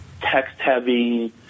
text-heavy